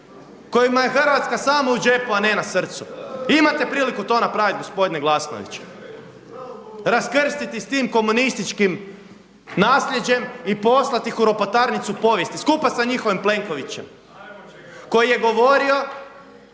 kojima je Hrvatska samo u džepu, a ne na srcu. Imate priliku to napraviti gospodine Glasnović. Raskrstiti s tim komunističkim naslijeđem i poslati ih u ropotarnicu povijesti skupa sa njihovim Plenkovićem koji je govorio